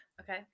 okay